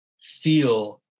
feel